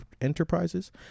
enterprises